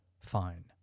fine